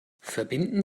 verbinden